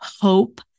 hope